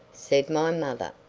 said my mother,